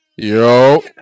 Yo